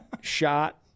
shot